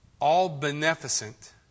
all-beneficent